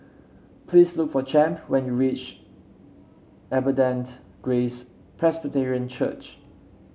please look for Champ when you reach Abundant Grace Presbyterian Church